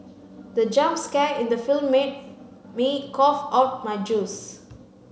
the jump scare in the film made me cough out my juice